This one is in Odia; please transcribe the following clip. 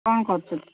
କ'ଣ କରୁଛନ୍ତି